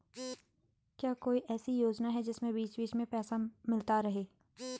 क्या कोई ऐसी योजना है जिसमें बीच बीच में पैसा मिलता रहे?